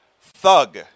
thug